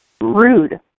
rude